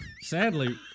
sadly